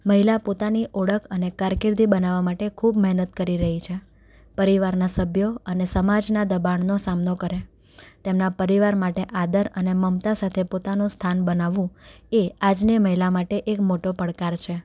મહિલા પોતાની ઓળખ અને કારકિર્દી બનાવવા માટે ખૂબ મહેનત કરી રહી છે પરિવારના સભ્યો અને સમાજના દબાણનો સામનો કરે તેમના પરિવાર માટે આદર અને મમતા સાથે પોતાનું સ્થાન બનાવવું એ આજની મહિલા માટે એક મોટો પડકાર છે